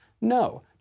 No